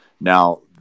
Now